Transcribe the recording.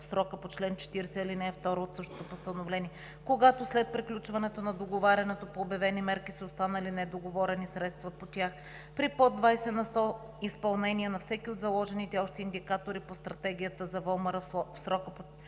срока по чл. 40, ал. 2 от същото постановление, когато след приключването на договарянето по обявени мерки, са останали недоговорени средства по тях, при под 20 на сто изпълнение на всеки от заложените общи индикатори по Стратегията за ВОМР в срока по чл. 40,